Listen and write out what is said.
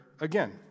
again